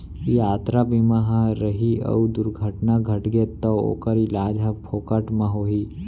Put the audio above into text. यातरा बीमा ह रही अउ दुरघटना घटगे तौ ओकर इलाज ह फोकट म होही